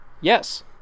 yes